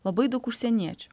labai daug užsieniečių